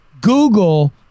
Google